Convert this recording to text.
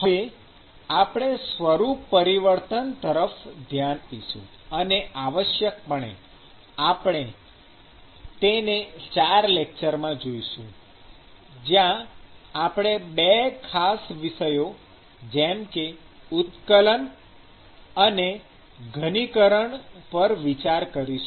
હવે આપણે સ્વરૂપ પરિવર્તન તરફ ધ્યાન આપીશું અને આવશ્યકપણે આપણે તેને ૪ લેક્ચર્સમાં જોઈશું જ્યાં આપણે બે ખાસ વિષયો જેમ કે ઉત્કલન અને ઘનીકરણ દરેક માટે ૨ લેક્ચર્સ પર વિચારણા કરીશું